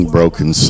Broken